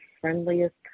friendliest